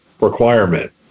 requirement